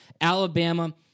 Alabama